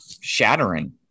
shattering